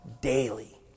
daily